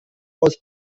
aus